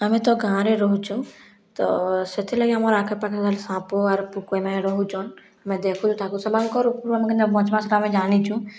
ଆମେ ତ ଗାଁରେ ରହୁଛୁଁ ତ ସେଥିର୍ ଲାଗି ଆମର୍ ଆଖେ ପାଖେ ଖାଲି ସାପ ଆରୁ ପୁକ ଏମାନେ ରହୁଛନ୍ ଆମେ ଦେଖୁଛୁଁ ତାଙ୍କୁ ସେମାନଙ୍କର୍ ଉପରୁ ଆମେ କେମିତି ବଞ୍ଚବା ସେଇଟା ଆମେ ଜାଣିଛୁଁ